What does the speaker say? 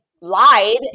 lied